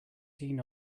seen